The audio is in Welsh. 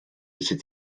sut